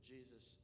Jesus